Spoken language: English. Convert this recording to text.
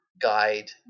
guide